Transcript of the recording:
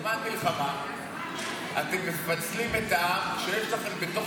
בזמן מלחמה אתם מפצלים את העם כשיש לכם בתוך